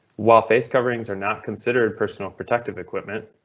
while face coverings are not considered personal protective equipment,